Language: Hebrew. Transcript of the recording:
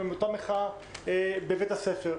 עם אותה מחאה בבית הספר,